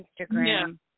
Instagram